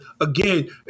again